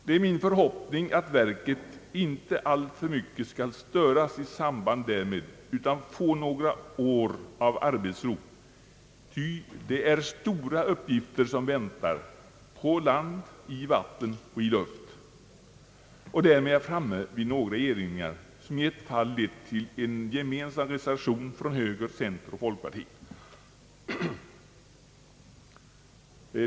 Det är min förhoppning att verket inte alltför mycket skall störas i samband därmed utan få några år av arbetsro, ty det är stora uppgifter som väntar på land, i vatten och i luft. Därmed är jag framme vid några erinringar, som i ett fall har lett till en gemensam reservation från högern, centern och folkpartiet.